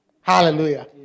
Hallelujah